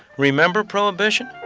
remember prohibition?